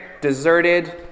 deserted